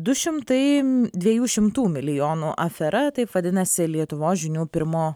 du šimtai dviejų šimtų milijonų afera taip vadinasi lietuvos žinių pirmo